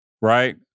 right